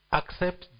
accept